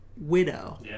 widow